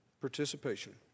participation